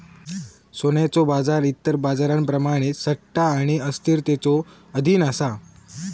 सोन्याचो बाजार इतर बाजारांप्रमाणेच सट्टा आणि अस्थिरतेच्यो अधीन असा